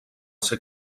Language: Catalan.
ser